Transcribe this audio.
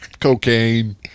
Cocaine